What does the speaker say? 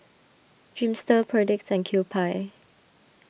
Dreamster Perdix and Kewpie